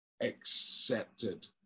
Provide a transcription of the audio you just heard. accepted